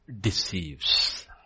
deceives